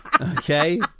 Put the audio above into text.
Okay